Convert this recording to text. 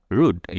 rude